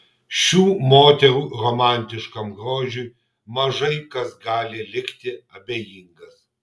šių moterų romantiškam grožiui mažai kas gali likti abejingas